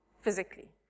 physically